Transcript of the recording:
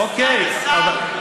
אוקיי?